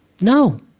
no